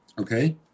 okay